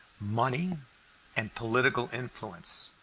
money and political influence,